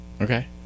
Okay